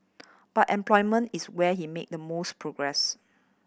but employment is where he made the most progress